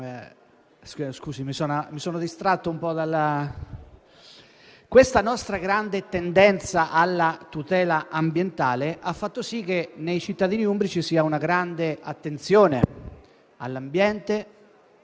Questa grande attitudine alla tutela ambientale ha fatto sì che nei cittadini umbri ci sia una grande attenzione all'ambiente